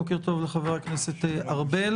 בוקר טוב לחבר הכנסת ארבל